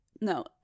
No